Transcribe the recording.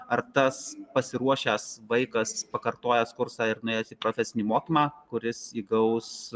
ar tas pasiruošęs vaikas pakartojęs kursą ir nuėjęs į profesinį mokymą kuris įgaus